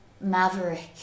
maverick